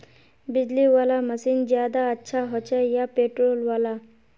बिजली वाला मशीन ज्यादा अच्छा होचे या पेट्रोल वाला?